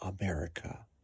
America